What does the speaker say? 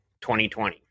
2020